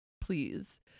please